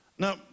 Now